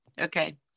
Okay